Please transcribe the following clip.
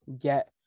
get